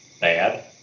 bad